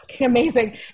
amazing